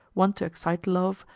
one to excite love,